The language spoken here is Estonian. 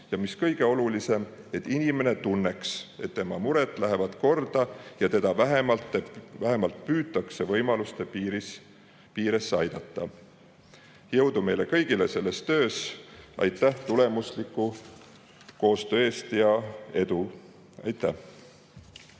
ja mis kõige olulisem, et inimene tunneks, et tema mured lähevad korda ja teda püütakse võimaluste piires aidata. Jõudu meile kõigile selles töös! Aitäh tulemusliku koostöö eest ja edu!